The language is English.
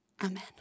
Amen